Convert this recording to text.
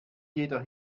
jeder